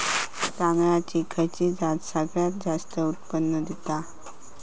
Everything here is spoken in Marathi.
तांदळाची खयची जात सगळयात जास्त उत्पन्न दिता?